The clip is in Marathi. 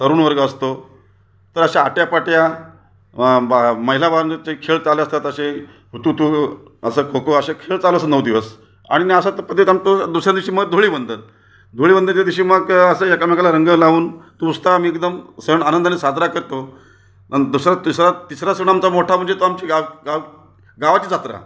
तरुण वर्ग असतो तर अशा आट्यापाट्या ब महिला बांधवचे खेळ चालू असतात असे हुतूतू असं खोखो असे खेळ चालू असतात नऊ दिवस आणि असं पद्दीत आमचं दुसऱ्या दिवशी मग धुळीवंदन धुळीवंदनच्या दिवशी मग असं एकमेकाला रंग लावून नुसतं आम्ही एकदम सण आनंदाने साजरा करतो आणि दुसरा तिसरा तिसरा सण आमचा मोठा म्हणजे तो आमची गा गाव गावाची जत्रा